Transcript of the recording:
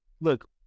look